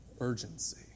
urgency